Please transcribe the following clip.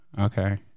okay